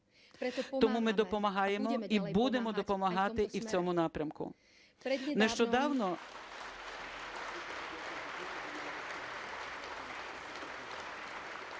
тому ми допомагаємо і будемо допомагати і в цьому напрямку.